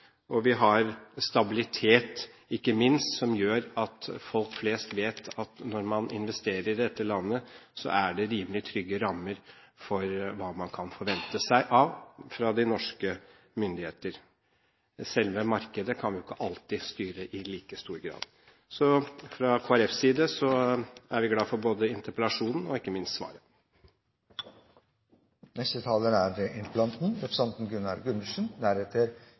Vi har stabilitet, som ikke minst gjør at folk flest vet at når man investerer i dette landet, er det rimelig trygge rammer for hva man kan forvente seg fra de norske myndigheter. Selve markedet kan vi jo ikke alltid styre i like stor grad. Så fra Kristelig Folkepartis side er vi glad for både interpellasjonen og ikke minst svaret. Det er ikke vanskelig å si seg enig med verken representanten